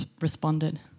responded